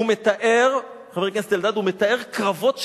הוא מתאר, חבר הכנסת אלדד, הוא מתאר קרבות